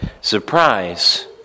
Surprise